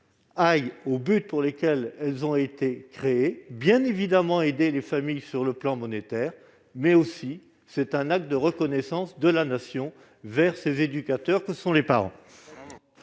servent le but pour lequel elles ont été créées, c'est-à-dire aider les familles sur le plan pécuniaire, mais aussi marquer un acte de reconnaissance de la Nation envers ces éducateurs que sont les parents.